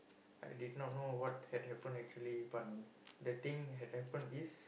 I did not know what had happen actually but the thing had happen is